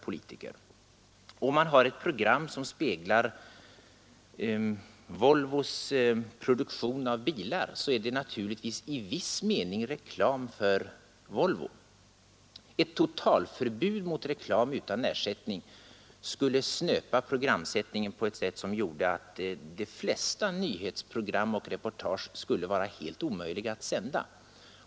Om man har ett program som speglar Volvos produktion, är det naturligtvis i viss mening reklam för Volvo. Ett totalförbud mot reklam utan ersättning skulle snöpa programsättningen på ett sätt som gjorde att de flesta nyhetsprogram och reportage skulle vara helt omöjliga att sända.